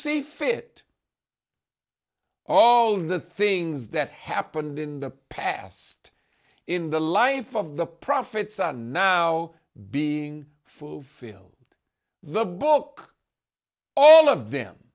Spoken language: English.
see fit all the things that happened in the past in the life of the prophets are now being fulfilled the book all of them